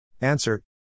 Answer